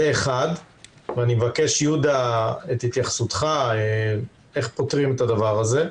אני מבקש את ההתייחסות של יהודה איך פותרים את זה.